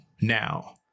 now